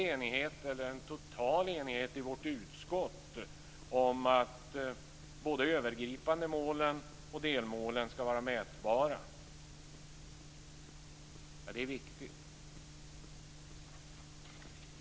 Det finns en total enighet i vårt utskott om att både de övergripande målen och delmålen skall vara mätbara. Det är viktigt.